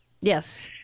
Yes